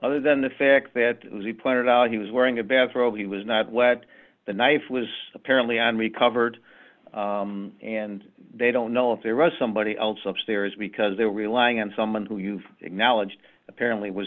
other than the fact that he pointed out he was wearing a bathrobe he was not what the knife was apparently and recovered and they don't know if there was somebody else upstairs because they were relying on someone who you acknowledged apparently was